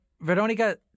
Veronica